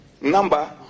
number